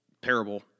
parable